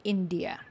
India